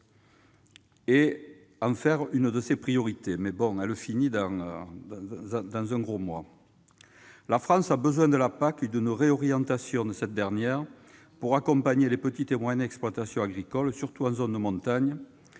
et en faire une de ses priorités, mais elle se termine dans un mois ... La France a besoin de la PAC et d'une réorientation de cette dernière pour accompagner les petites et moyennes exploitations agricoles, surtout en zone de montagne